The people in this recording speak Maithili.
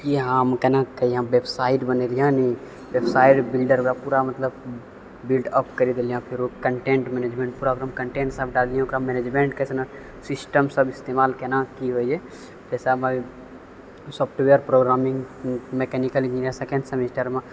कि हम कोनाकऽ कहिए वेबसाइट बनेलिए नी वेबसाइट बिल्डरमे पूरा मतलब बिल्डअप करि देलिए फेरो कन्टेन्ट मैनेजमेन्ट ओकरामे कन्टेन्टसब डालिओके ओकरा मैनेजमेन्ट करना छै सिस्टमसब इस्तेमाल कोना कि होइ छै जइसे हमर software programming mechanical engineer second सेमेस्टरमे